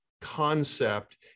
concept